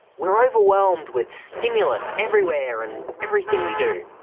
we're overwhelmed with stimulus everywhere and everything we do.